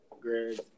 Greg